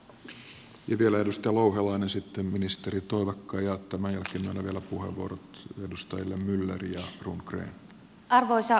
vielä edustaja louhelainen sitten ministeri toivakka ja tämän jälkeen annan vielä puheenvuorot edustajille myller ja rundgren